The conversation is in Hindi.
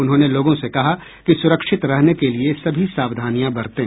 उन्होंने लोगों से कहा कि सुरक्षित रहने के लिए सभी सावधानियां बरतें